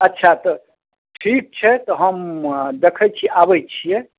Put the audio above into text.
अच्छा तऽ ठीक छै तऽ हम देखैत छी आबैत छियै